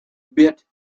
bit